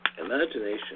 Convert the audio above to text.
Imagination